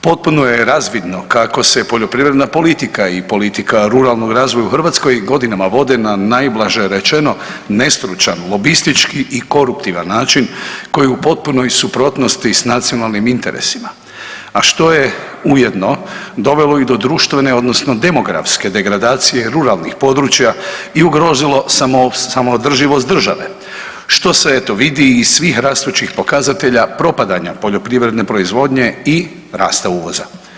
Potpuno je razvidno kako se poljoprivredna politika i politika ruralnog razvoja u Hrvatskoj godinama vode na najblaže rečeno nestručan, lobistički i koruptivan način koji je u potpunoj suprotnosti s nacionalnim interesima, a što je ujedno dovelo i do društvene odnosno demografske degradacije ruralnih područja i ugrozilo samoodrživost države što se eto vidi iz svih rastućih pokazatelja propadanja poljoprivredne proizvodnje i rasta uvoza.